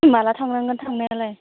माला थांनांगोन थांनायालाय